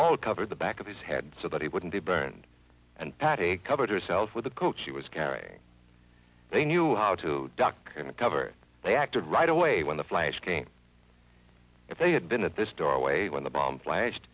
paul covered the back of his head so that he wouldn't be burned and patty covered herself with the coat she was carrying they knew how to duck and cover they acted right away when the flash came if they had been at this doorway when the bomb flas